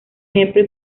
ejemplo